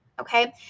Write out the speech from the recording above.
okay